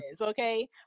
okay